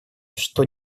что